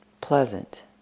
pleasant